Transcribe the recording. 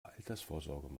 altersvorsorge